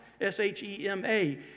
S-H-E-M-A